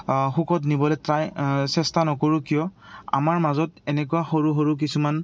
সুখত নিবলে ট্ৰাই চেষ্টা নকৰোঁ কিয় আমাৰ মাজত এনেকুৱা সৰু সৰু কিছুমান